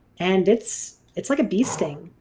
and it's it's like a bee sting,